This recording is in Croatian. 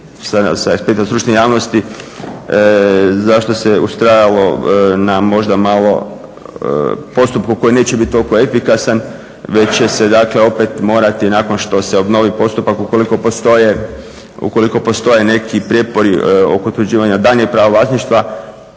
sa aspekta stručne javnosti zašto se ustrajalo na možda malo postupku koji neće biti toliko efikasan već će se dakle opet morati nakon što se obnovi postupak ukoliko postoje neki prijepori oko utvrđivanja daljnjeg prava vlasništva,